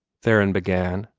theron began,